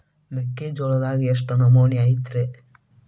ಮೆಕ್ಕಿಜೋಳದಾಗ ಎಷ್ಟು ನಮೂನಿ ಐತ್ರೇ?